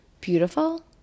beautiful